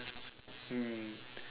mm